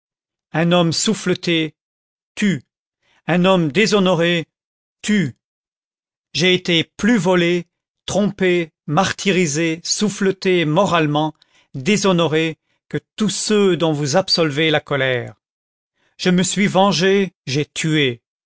un homme souffleté tue un homme déshonoré tue j'ai été plus volé trompé martyrisé souffleté moralement déshonoré que tous ceux dont vous absolvez la colère je me suis vengé j'ai tué